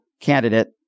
Candidate